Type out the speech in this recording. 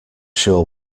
sure